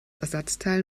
ersatzteil